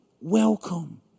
welcome